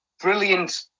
brilliant